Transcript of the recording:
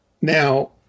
Now